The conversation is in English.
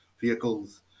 vehicles